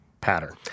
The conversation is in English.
pattern